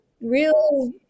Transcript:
real